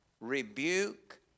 rebuke